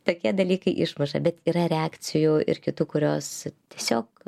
tokie dalykai išmuša bet yra reakcijų ir kitų kurios tiesiog